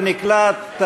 בסדר, זה נקלט.